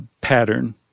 pattern